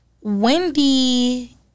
Wendy